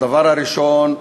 הדבר הראשון,